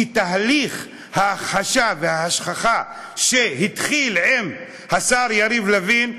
כי תהליך ההכחשה וההשכחה שהתחיל עם השר יריב לוין,